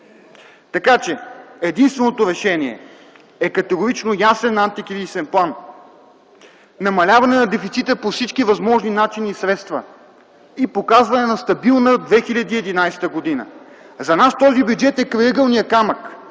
2011. Единствените решения са категорично ясен антикризисен план, намаляване на дефицита по всички възможни начини и средства и показване на стабилна 2011 г. За нас този бюджет е крайъгълният камък,